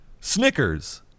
Snickers